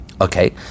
Okay